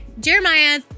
Jeremiah